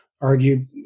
argued